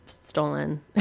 stolen